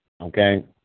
Okay